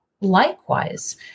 Likewise